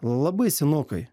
labai senokai